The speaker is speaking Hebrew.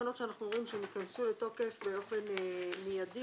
תקנות שאנחנו אומרים שהן יכנסו לתוקף באופן מידי.